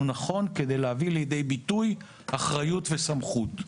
נכון כדי להביא לידי ביטוי אחריות וסמכות.